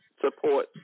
support